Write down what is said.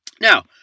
Now